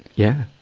yeah.